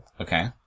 Okay